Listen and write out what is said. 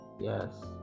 Yes